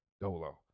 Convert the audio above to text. Dolo